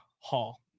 Hall